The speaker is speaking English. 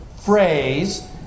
phrase